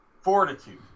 fortitude